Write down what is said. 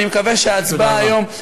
אני מקווה שההצבעה היום, תודה רבה.